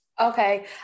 Okay